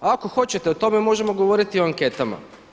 Ako hoćete o tome možemo govoriti o anketama.